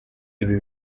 ibi